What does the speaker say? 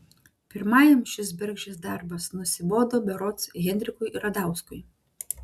pirmajam šis bergždžias darbas nusibodo berods henrikui radauskui